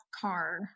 car